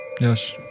yes